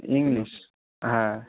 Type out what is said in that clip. English হ্যাঁ